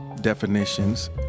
definitions